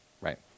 right